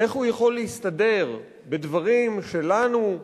איך הוא יכול להסתדר בדברים שלנו,